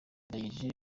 ndagije